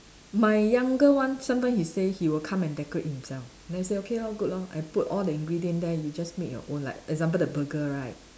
my younger one sometimes he say he will come and decorate himself then I say okay lor good lor I put all the ingredient then you just make your own like example the burger right